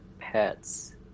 pets